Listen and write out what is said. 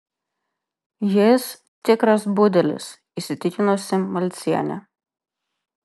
jis tikras budelis įsitikinusi malcienė